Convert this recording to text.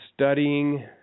studying